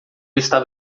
estava